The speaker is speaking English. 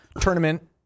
tournament